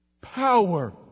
Power